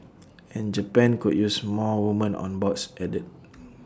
and Japan could use more woman on boards added